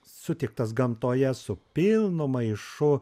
sutiktas gamtoje su pilnu maišu